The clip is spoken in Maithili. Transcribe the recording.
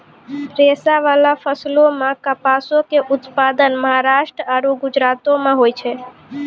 रेशाबाला फसलो मे कपासो के उत्पादन महाराष्ट्र आरु गुजरातो मे होय छै